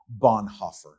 Bonhoeffer